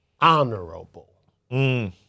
honorable